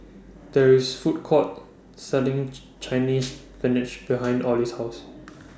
There IS Food Court Selling Chinese Spinach behind Orley's House